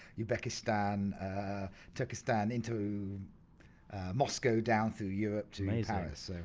uzbekistan, turkestan into moscow down through europe to paris.